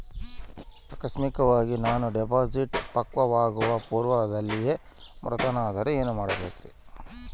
ಆಕಸ್ಮಿಕವಾಗಿ ನಾನು ಡಿಪಾಸಿಟ್ ಪಕ್ವವಾಗುವ ಪೂರ್ವದಲ್ಲಿಯೇ ಮೃತನಾದರೆ ಏನು ಮಾಡಬೇಕ್ರಿ?